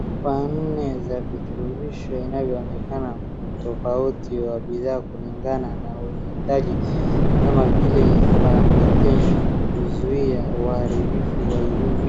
Chupa nne za vitulumbisho vinavyonekana ni tofauti wa bidhaa kulingana na uhitaji kama vile fermentation kuzuia huharibu wa UV